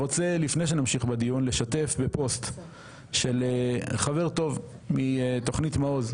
לפני שנמשיך בדיון אני רוצה לשתף בפוסט של חבר טוב מתכנית מעוז,